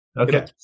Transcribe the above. Okay